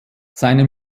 seine